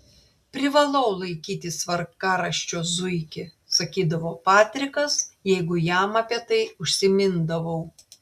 privalau laikytis tvarkaraščio zuiki sakydavo patrikas jeigu jam apie tai užsimindavau